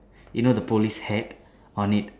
you know the police hat on it